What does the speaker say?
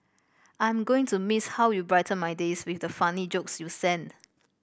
I am going to miss how you brighten my days with the funny jokes you sent